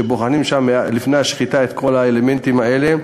שבוחנים שם לפני השחיטה את כל האלמנטים האלה.